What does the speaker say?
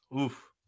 Oof